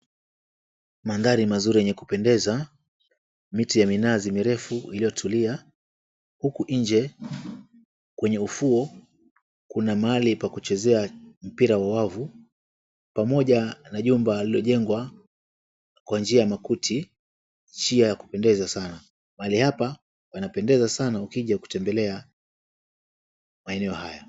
Mandhari mazuri yenye kupendeza, miti ya minazi mirefu iliyotulia. Huku nje kwenye ufuo kuna mahali pa kuchezea mpira wa wavu pamoja na jumba lililojengwa kwa njia ya makuti, njia ya kupendeza sana. Mahali hapa pana pendeza sana ukija kutembelea maeneo haya.